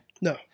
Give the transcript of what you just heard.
No